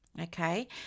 Okay